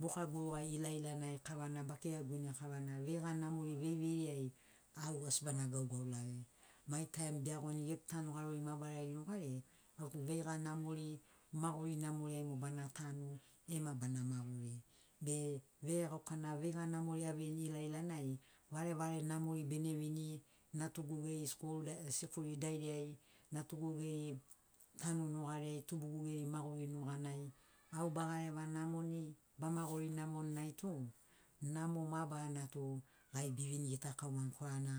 buka guruga ilailanai kavana bakira guine kavana veiga namori veiveiriai au asi bana gaugaulage mai taim beagoni gegu tanu mabarari nugariai autu veiga namori maguri namori ai mo bana tanu ema bana maguri be veregaukana veiga namori aveini ilailanai varevare namori bene vini natugu geri skul da sikuli dairiai natugu geri tanu nugariai tubugu geri maguri nuganai au bagareva namoni bamaguri namon nai tu namo bamarana tu gai bevini gitakaumani korana